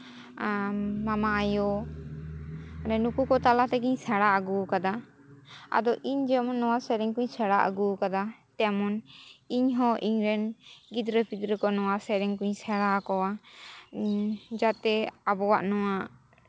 ᱟᱨ ᱢᱟᱢᱟ ᱟᱭᱳ ᱱᱩᱠᱩ ᱠᱚ ᱛᱟᱞᱟ ᱛᱮᱜᱤᱧ ᱥᱮᱬᱟ ᱟᱹᱜᱩ ᱟᱠᱟᱫᱟ ᱟᱫᱚ ᱤᱧ ᱡᱮᱢᱚᱱ ᱱᱚᱣᱟ ᱥᱮᱨᱮᱧ ᱠᱚᱧ ᱥᱮᱬᱟ ᱟᱹᱜᱩ ᱟᱠᱟᱫᱟ ᱛᱮᱢᱚᱱᱤᱧᱦᱚᱸ ᱤᱧ ᱨᱮᱱ ᱜᱤᱫᱽᱨᱟᱹ ᱯᱤᱫᱽᱨᱟᱹ ᱠᱚ ᱱᱚᱣᱟ ᱥᱮᱨᱮᱧ ᱠᱚᱧ ᱥᱮᱬᱟ ᱟᱠᱚᱣᱟ ᱡᱟᱛᱮ ᱟᱵᱚᱣᱟᱜ ᱱᱚᱣᱟ